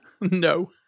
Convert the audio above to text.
No